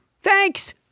Thanks